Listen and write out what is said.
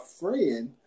friend